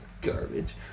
garbage